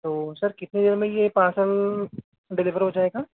तो सर कितनी देर में यह पार्सल डिलेवर हो जाएगा